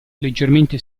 leggermente